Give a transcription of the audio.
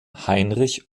heinrich